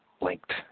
linked